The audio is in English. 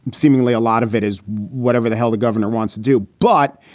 seemingly a lot of it is whatever the hell the governor wants to do. but,